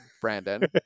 Brandon